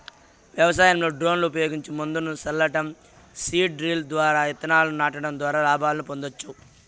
వ్యవసాయంలో డ్రోన్లు ఉపయోగించి మందును సల్లటం, సీడ్ డ్రిల్ ద్వారా ఇత్తనాలను నాటడం ద్వారా లాభాలను పొందొచ్చు